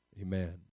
Amen